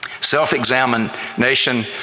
Self-examination